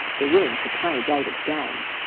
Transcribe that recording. they're willing to play david's game,